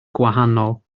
gwahanol